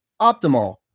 optimal